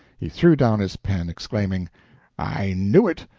he threw down his pen exclaiming i knew it!